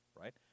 right